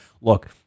look